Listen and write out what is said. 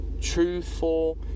truthful